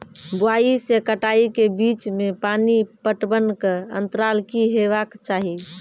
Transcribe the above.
बुआई से कटाई के बीच मे पानि पटबनक अन्तराल की हेबाक चाही?